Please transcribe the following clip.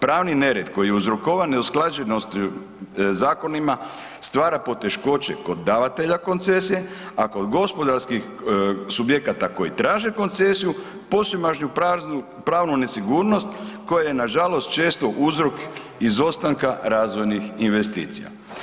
Pravni nered koji je uzrokovan neusklađenosti zakonima, stvara poteškoće kod davatelja koncesije, a kod gospodarskih subjekata koji traže koncesiju, posvemašnju pravnu nesigurnost koja je nažalost često uzrok izostanka razvojnih investicija.